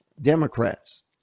Democrats